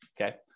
okay